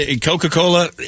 Coca-Cola